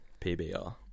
PBR